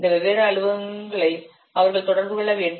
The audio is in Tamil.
இந்த வெவ்வேறு அலுவலகங்களை அவர்கள் தொடர்பு கொள்ள வேண்டும்